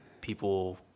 people